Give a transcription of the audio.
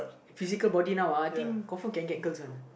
physical body now uh I think confirm can get girl ones